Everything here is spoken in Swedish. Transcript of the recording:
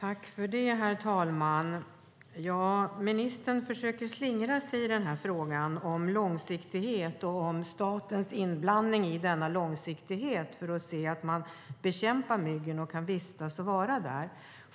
Herr talman! Ministern försöker slingra sig i frågan om långsiktighet och om statens inblandning i denna långsiktighet när det gäller att se till att man bekämpar myggen och kan vistas i dessa områden.